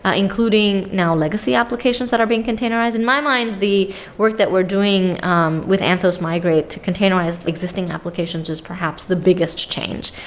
ah including legacy applications that are being containerized. in my mind, the work that we're doing um with anthos migrate to containerize existing applications is perhaps the biggest change,